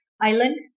island